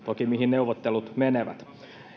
toki kovasti mihin neuvottelut menevät